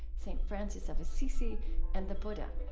st. francis of assisi and the buddha